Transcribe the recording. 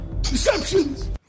Deceptions